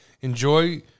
enjoy